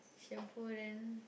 shampoo then